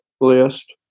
list